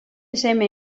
seme